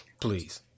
Please